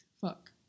Fuck